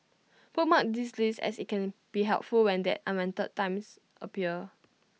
bookmark this list as IT can be helpful when that unwanted times appear